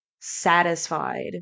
satisfied